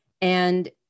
and-